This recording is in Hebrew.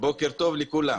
בוקר טוב לכולם,